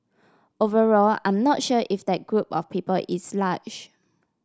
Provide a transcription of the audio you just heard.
overall I'm not sure if that group of people is large